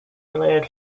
related